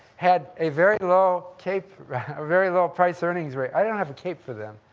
had a very low cape, a very low price-earnings rate. i don't have a cape for them.